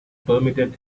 permitted